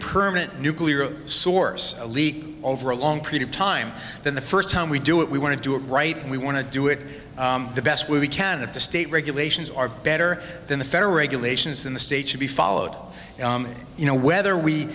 permanent nuclear source leak over a long period of time then the first time we do it we want to do it right and we want to do it the best we can of the state regulations are better than the federal regulations in the state should be followed you know whether we